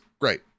Great